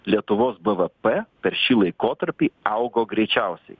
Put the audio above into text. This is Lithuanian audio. lietuvos bvp per šį laikotarpį augo greičiausiai